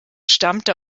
stammte